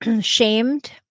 shamed